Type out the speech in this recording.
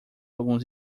alguns